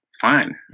fine